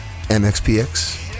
MXPX